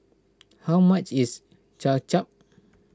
how much is Kway Chap